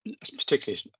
particularly